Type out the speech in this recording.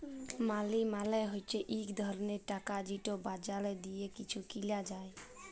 মালি মালে হছে ইক রকমের টাকা যেট বাজারে দিঁয়ে কিছু কিলা যায়